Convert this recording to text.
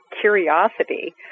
curiosity